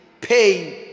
pain